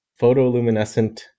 photoluminescent